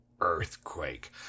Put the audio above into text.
earthquake